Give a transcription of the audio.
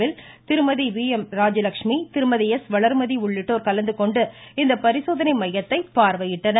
bill திருமதி V M Rajalakshmi திருமதி S Valarmathi உள்ளிட்டோர் கலந்துகொண்டு இந்த பரிசோதனை மையத்தை பார்வையிட்டனர்